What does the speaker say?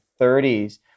30s